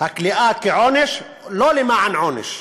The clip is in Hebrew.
הכליאה כעונש, לא למען עונש,